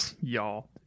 y'all